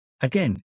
Again